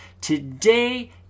Today